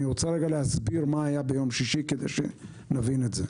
אני רוצה רגע להסביר מה היה ביום שישי כדי שנבין את זה.